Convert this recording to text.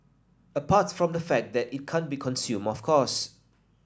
apart from the fact that it can't be consume of course